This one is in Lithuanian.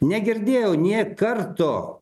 negirdėjau nė karto